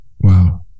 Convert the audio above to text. Wow